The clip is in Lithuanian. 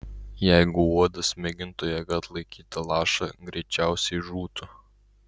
jeigu uodas mėgintų jėga atlaikyti lašą greičiausiai žūtų